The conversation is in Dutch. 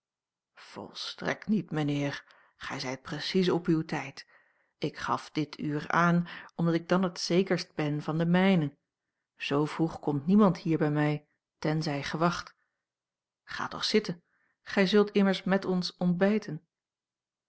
volstrekt niet mijnheer gij zijt precies op uw tijd ik gaf dit uur aan omdat ik dan het zekerst ben van den mijnen z a l g bosboom-toussaint langs een omweg vroeg komt niemand hier bij mij tenzij gewacht ga toch zitten gij zult immers met ons ontbijten